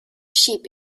sheep